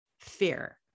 fear